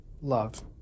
Love